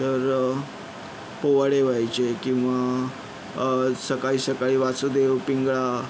तर पोवाडे व्हायचे किंवा सकाळी सकाळी वासुदेव पिंगळा